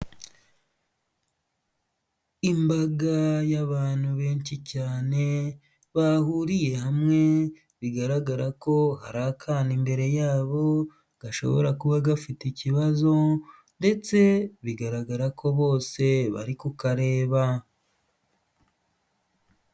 Imbaga y'abantu benshi cyane bahuriye hamwe, bigaragara ko hari akana imbere yabo gashobora kuba gafite ikibazo ndetse bigaragara ko bose bari kukareba.